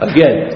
Again